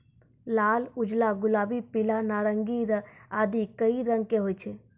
लाल, उजला, गुलाबी, पीला, नारंगी आदि कई रंग के होय छै